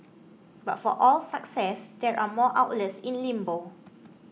but for all success there are more outlets in limbo